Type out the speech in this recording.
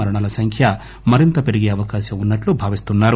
మరణాల సంఖ్య మరింత పెరిగే అవకాశం ఉన్నట్లు భావిస్తున్నారు